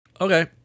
Okay